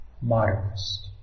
modernist